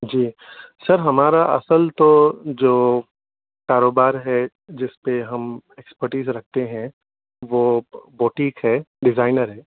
جی sir ہمارا اصل تو جو کاروبار ہے جس پے ہم ایکسپرٹیز رکھتے ہیں وہ بوٹیک ہے ڈیزائنر ہے